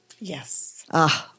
Yes